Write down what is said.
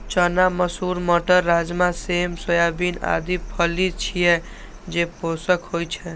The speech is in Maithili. चना, मसूर, मटर, राजमा, सेम, सोयाबीन आदि फली छियै, जे पोषक होइ छै